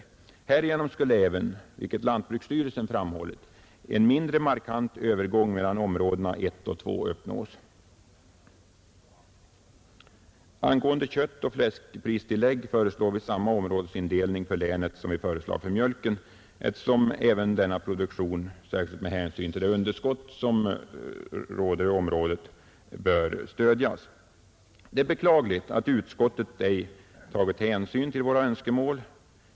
Härigenom skulle även, vilket lantbruksstyrelsen framhållit, en mindre markant övergång mellan områdena I och II uppnås. Angående köttoch fläskpristillägg föreslår vi samma områdesindelning för länet som vi föreslagit i fråga om mjölken, eftersom även denna produktion bör stödjas, särskilt med hänsyn till underskottet i området. Det är beklagligt att utskottet ej tagit hänsyn till våra önskemål.